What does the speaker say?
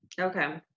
Okay